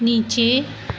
नीचे